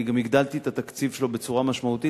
אני גם הגדלתי את התקציב שלו בצורה משמעותית